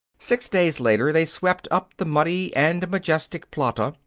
six days later they swept up the muddy and majestic plata,